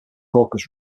caucasus